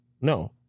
No